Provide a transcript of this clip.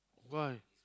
why